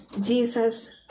Jesus